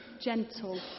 gentle